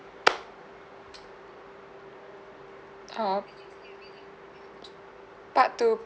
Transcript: um part two